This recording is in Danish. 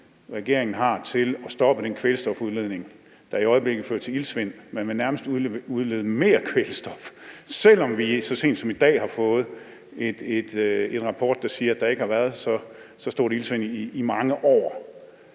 regeringen har, til at stoppe den kvælstofudledning, der i øjeblikket fører til iltsvind; man vil nærmest udlede mere kvælstof, selv om vi så sent som i dag har fået en rapport, der siger, at der ikke har været så stort et iltsvind i mange år.